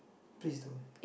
please don't